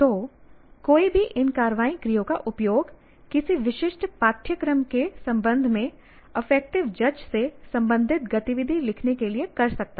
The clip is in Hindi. तो कोई भी इन कार्रवाई क्रियाओं का उपयोग किसी विशिष्ट पाठ्यक्रम के संबंध में अफेक्टिव जज से संबंधित गतिविधि लिखने के लिए कर सकता है